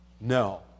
No